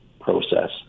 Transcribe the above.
process